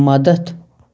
مدتھ